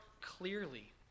clearly